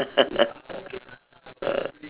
ah